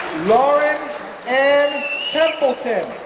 lauren anne templeton